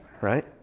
Right